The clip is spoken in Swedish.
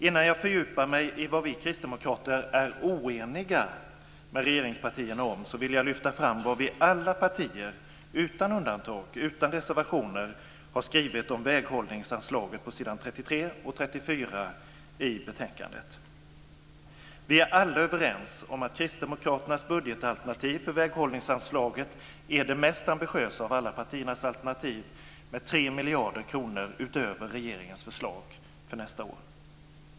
Innan jag fördjupar mig i vad vi kristdemokrater är oeniga med regeringspartierna om, vill jag lyfta fram vad alla partier utan undantag eller reservationer har skrivit om väghållningsanslaget på s. 33 och 34 i betänkandet. Alla är överens om att Kristdemokraternas budgetalternativ för väghållningsanslaget är det mest ambitiösa av alla partiernas alternativ med 3 miljarder kronor utöver regeringens förslag för nästa år.